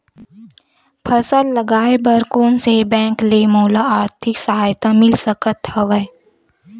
फसल लगाये बर कोन से बैंक ले मोला आर्थिक सहायता मिल सकत हवय?